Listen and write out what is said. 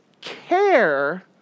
care